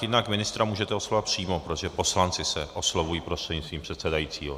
Jinak ministra můžete oslovovat přímo, poslanci se oslovují prostřednictvím předsedajícího.